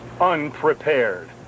unprepared